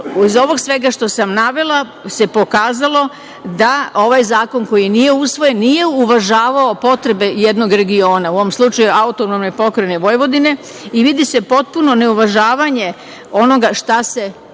iz svega ovog što sam navela se pokazalo da ovaj zakon koji nije usvojen, nije uvažavao potrebe jednog regiona, u ovom slučaju AP Vojvodine. Vidi se potpuno ne uvažavanje onoga šta se